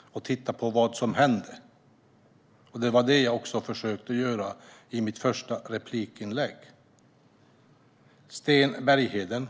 och till att titta på vad som hände. Det var det jag försökte göra i mitt första inlägg. Sten Bergheden!